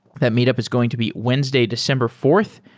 that meet-up is going to be wednesday, december fourth,